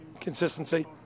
Consistency